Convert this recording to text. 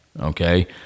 Okay